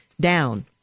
down